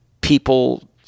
people